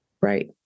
Right